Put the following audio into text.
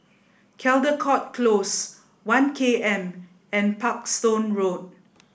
Caldecott Close One K M and Parkstone Road